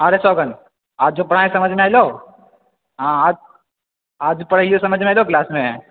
आ रे सौगंध आज जो बनाय समझ शमे अयलौं हँ आज तोरा ई समझमे अइलो क्लासमे